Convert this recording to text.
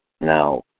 now